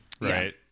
Right